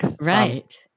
Right